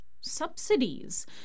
subsidies